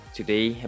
today